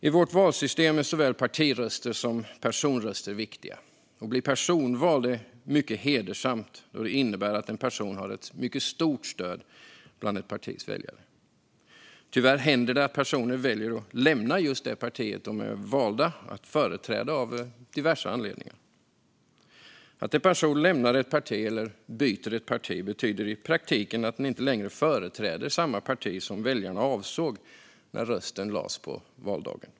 I vårt valsystem är såväl partiröster som personröster viktiga. Att bli personvald är mycket hedersamt, då det innebär att en person har ett mycket stort stöd bland ett partis väljare. Tyvärr händer det att personer av diverse anledningar väljer att lämna just det parti som de är valda att företräda. Att en person lämnar ett parti eller byter parti betyder i praktiken att den inte längre företräder samma parti som väljarna avsåg när rösten lades på valdagen.